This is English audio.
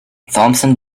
thompson